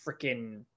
freaking